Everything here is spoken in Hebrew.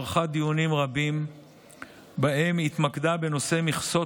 ערכה דיונים רבים שבהם התמקדה בנושא מכסות